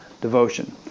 devotion